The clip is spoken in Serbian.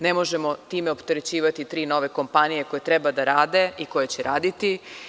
Ne možemo time opterećivati tri nove kompanije koje trebaju da rade i koje će raditi.